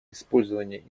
использование